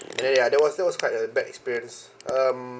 and then ya that was that was quite a bad experience um